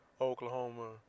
Oklahoma